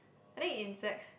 I think insects